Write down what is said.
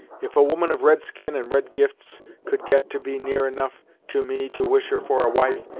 if a woman of red skin and red gifts could get to be near enough to me to wish her for a wife,